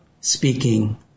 speaking